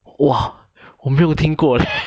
哇我没有听过去 miami's 很像 taipei 是在 holland